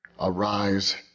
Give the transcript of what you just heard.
Arise